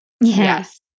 Yes